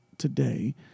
today